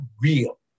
real